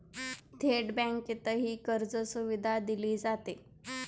थेट बँकेतही कर्जसुविधा दिली जाते